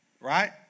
right